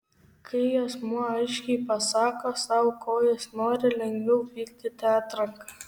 kai asmuo aiškiai pasako sau ko jis nori lengviau vykdyti atranką